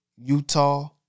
Utah